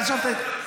למה דמוקרטית?